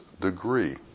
degree